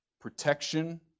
Protection